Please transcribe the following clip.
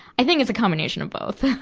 i think it's a combination of both. yeah.